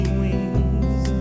wings